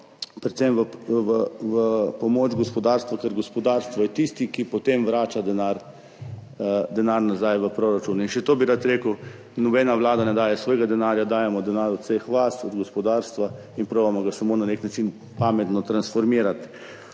predvsem v pomoč gospodarstvu, ker gospodarstvo je tisto, ki potem vrača denar nazaj v proračun. Še to bi rad rekel, nobena Vlada ne daje svojega denarja, dajemo denarod vseh vas, od gospodarstva in ga poskusimo samo na nek način pametno transformirati.